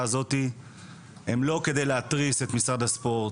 הם לא כדי להתריס נגד משרד הספורט,